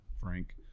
Frank